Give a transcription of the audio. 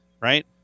Right